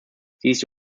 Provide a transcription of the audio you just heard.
these